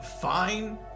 fine